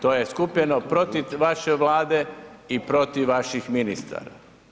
To je skupljeno protiv vaše Vlade i protiv vaših ministara.